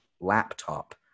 laptop